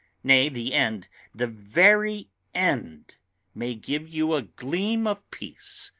nay, the end the very end may give you a gleam of peace.